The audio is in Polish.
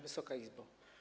Wysoka Izbo!